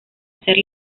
hacer